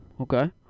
Okay